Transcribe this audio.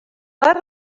per